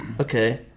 Okay